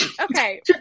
okay